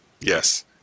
Yes